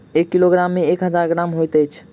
एक किलोग्राम मे एक हजार ग्राम होइत अछि